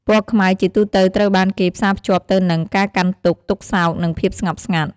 ពណ៌ខ្មៅ ជាទូទៅត្រូវបានគេផ្សារភ្ជាប់ទៅនឹង ការកាន់ទុក្ខ ទុក្ខសោក និងភាពស្ងប់ស្ងាត់។